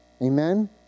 Amen